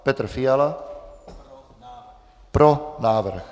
Petr Fiala: Pro návrh.